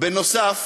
בנוסף,